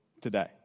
today